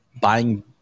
buying